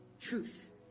truth